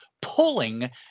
Pulling